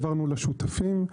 העברנו לשותפים,